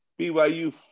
BYU